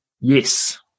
Yes